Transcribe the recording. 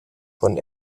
von